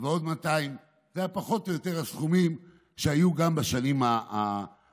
ועוד 200. זה פחות או יותר הסכומים שהיו גם בשנים הקודמות.